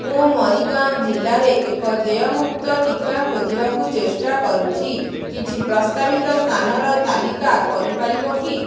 ମୁଁ ମରିଗାଓଁ ଜିଲ୍ଲାରେ ଏକ ଦେୟମୁକ୍ତ ଟୀକା ଖୋଜିବାକୁ ଚେଷ୍ଟା କରୁଛି କିଛି ପ୍ରସ୍ତାବିତ ସ୍ଥାନର ତାଲିକା କରିପାରିବ କି